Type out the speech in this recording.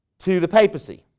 to the papacy